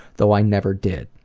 though i never did.